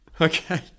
Okay